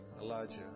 Elijah